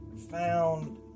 Found